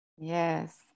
yes